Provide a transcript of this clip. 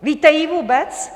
Víte ji vůbec?